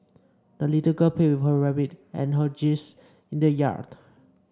the little girl played with her rabbit and her geese in the yard